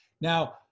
Now